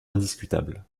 indiscutable